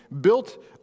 built